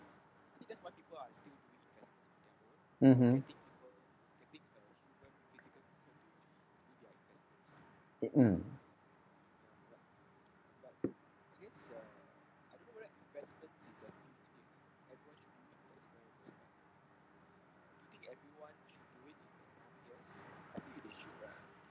mmhmm um